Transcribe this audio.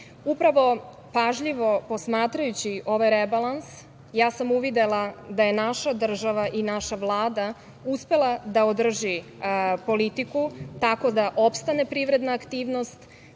pažljivo posmatrajući ovaj rebalans ja sam uvidela da je naša država i naša Vlada uspela da održi politiku tako da opstane privredna aktivnost,